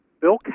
Bill